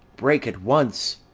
break at once!